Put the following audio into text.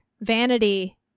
Vanity